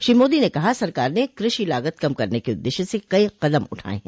श्री मोदी ने कहा सरकार ने कृषि लागत कम करने के उद्देश्य से कई कदम उठाएं हैं